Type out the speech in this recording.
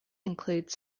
include